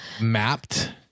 mapped